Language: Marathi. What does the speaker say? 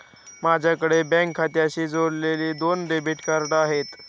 माझ्याकडे बँक खात्याशी जोडलेली दोन डेबिट कार्ड आहेत